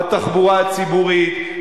בתחבורה הציבורית,